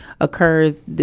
occurs